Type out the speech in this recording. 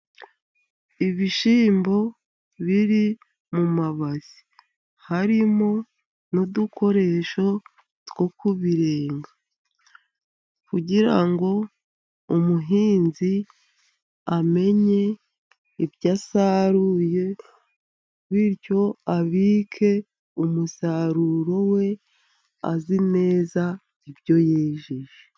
Ibishyimbo biri mu mabasi harimo n'udukoresho two kubirenga, kugira ngo umuhinzi amenye ibyo yasaruye bityo abike umusaruro we azi neza ibyo yejeje.